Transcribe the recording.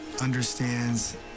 understands